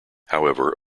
however